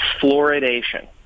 fluoridation